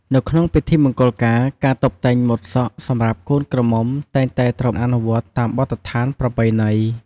នៅក្នុងពិធីមង្គលការកាតុបតែងម៉ូតសក់សម្រាប់កូនក្រមុំតែងតែត្រូវអនុវត្តតាមបទដ្ឋានប្រពៃណី។